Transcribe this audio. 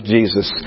Jesus